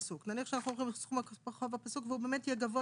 שאנחנו הולכים על סכום החוב הפסוק והוא באמת יהיה גבוה